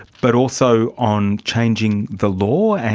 but also on changing the law, and